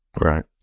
Right